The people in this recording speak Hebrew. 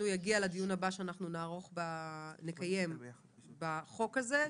הוא יגיע לדיון ההמשך שנקיים בחוק הזה,